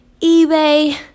eBay